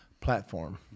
platform